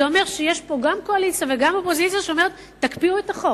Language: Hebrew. זה אומר שיש פה גם קואליציה וגם אופוזיציה שאומרות: תקפיאו את החוק.